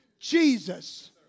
Jesus